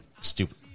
stupid